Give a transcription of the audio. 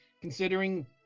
considering